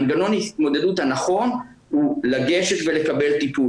מנגנון ההתמודדות הנכון הוא לגשת ולקבל טיפול.